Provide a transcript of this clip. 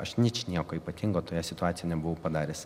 aš ničnieko ypatingo toje situacijo nebuvau padaręs